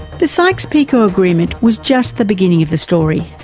the sykes-picot agreement was just the beginning of the story.